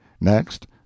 Next